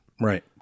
right